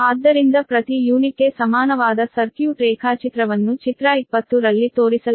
ಆದ್ದರಿಂದ ಪ್ರತಿ ಯೂನಿಟ್ಗೆ ಸಮಾನವಾದ ಸರ್ಕ್ಯೂಟ್ ರೇಖಾಚಿತ್ರವನ್ನು ಚಿತ್ರ 20 ರಲ್ಲಿ ತೋರಿಸಲಾಗಿದೆ